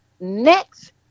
next